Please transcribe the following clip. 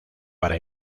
para